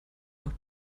nach